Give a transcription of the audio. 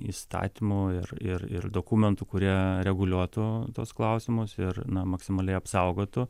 įstatymų ir ir ir dokumentų kurie reguliuotų tuos klausimus ir na maksimaliai apsaugotų